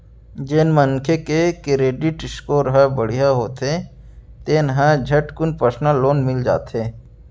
जेन मनखे के करेडिट स्कोर ह बड़िहा होथे तेन ल झटकुन परसनल लोन मिल जाथे